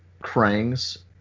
Krang's